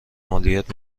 مالیات